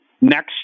next